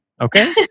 Okay